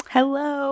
Hello